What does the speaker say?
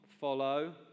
follow